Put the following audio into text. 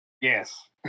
Yes